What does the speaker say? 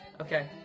Okay